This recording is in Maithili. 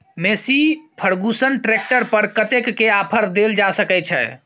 मेशी फर्गुसन ट्रैक्टर पर कतेक के ऑफर देल जा सकै छै?